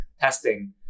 testing